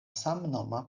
samnoma